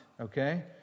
okay